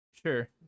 Sure